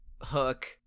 hook